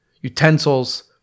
utensils